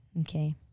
Okay